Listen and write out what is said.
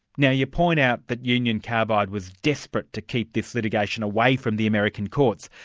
now you point out that union carbide was desperate to keep this litigation away from the american courts,